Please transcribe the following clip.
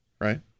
right